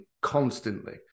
constantly